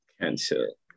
Cancel